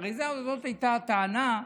הרי זו הייתה הטענה,